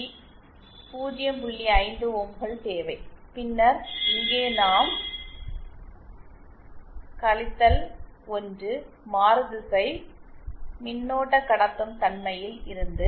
5 ஓம்கள் தேவை பின்னர் இங்கே நாம் 1 மாறுதிசை மின்னோட்ட கடத்தும் தன்மையில் இருந்து 0